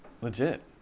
Legit